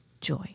joy